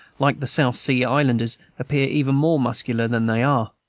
like the south-sea islanders appear even more muscular than they are.